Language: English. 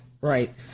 right